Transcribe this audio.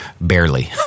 barely